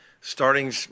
starting